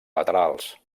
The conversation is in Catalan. laterals